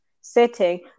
setting